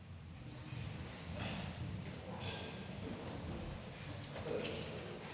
Tak